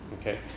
Okay